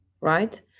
right